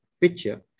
picture